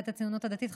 סיעת הציונות הדתית,